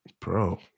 bro